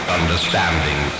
understanding